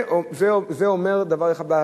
זה אומר דבר אחד,